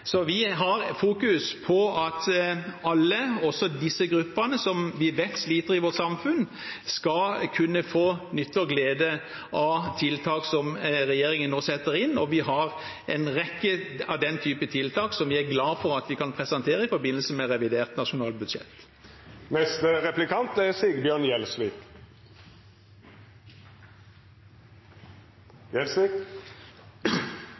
Vi fokuserer på at alle, også de gruppene vi vet sliter i vårt samfunn, skal kunne få nytte og glede av tiltak som regjeringen nå setter inn, og vi har en rekke slike tiltak som vi er glade for å kunne presentere i forbindelse med revidert nasjonalbudsjett.